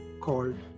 called